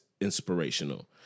inspirational